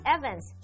Evans